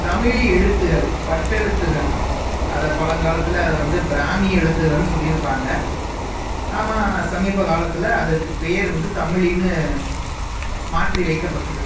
தமிழ் எழுத்துக்கள் வட்டெழுத்துகள் அத பழங்காலத்தில் அதை வந்து பிராமி எழுத்துக்கள்ன்னு சொல்லியிருப்பாங்க ஆமா சமீப காலத்தில் அதுக்கு பேர் வந்து தமிழின்னு மாற்றி வைக்கப்பட்டது